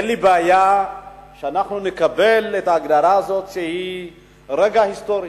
אין לי בעיה שאנחנו נקבל את ההגדרה הזאת שזה רגע היסטורי.